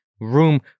room